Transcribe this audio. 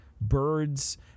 birds